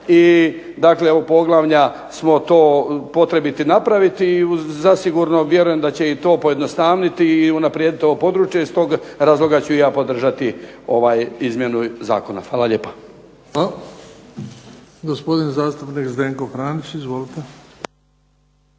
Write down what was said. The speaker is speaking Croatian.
dakle ovog poglavlja smo to potrebiti napraviti i zasigurno vjerujem da će to pojednostaviti i unaprijediti to područje iz tog razloga ću ja podržati izmjenu Zakona. **Bebić, Luka (HDZ)** Hvala. Gospodin zastupnik Zdenko Franić. Izvolite.